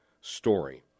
story